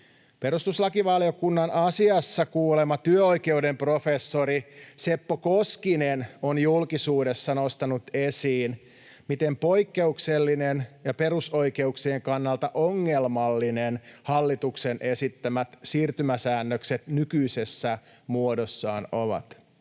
Perustuslakivaliokunnan asiassa kuulema työoikeuden professori Seppo Koskinen on julkisuudessa nostanut esiin, miten poikkeuksellisia ja perusoikeuksien kannalta ongelmallisia hallituksen esittämät siirtymäsäännökset nykyisessä muodossaan ovat.